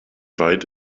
weit